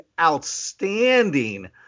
outstanding